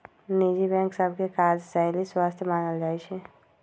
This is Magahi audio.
निजी बैंक सभ के काजशैली स्वस्थ मानल जाइ छइ